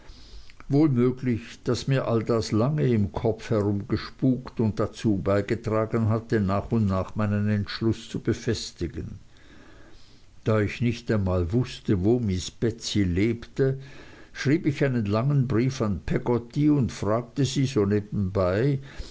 wohl möglich daß mir all das lange im kopf herumgespukt und dazu beigetragen hatte nach und nach meinen entschluß zu befestigen da ich nicht einmal wußte wo miß betsey lebte schrieb ich einen langen brief an peggotty und fragte sie so nebenbei